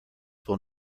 will